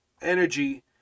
energy